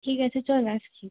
ঠিক আছে চল রাখছি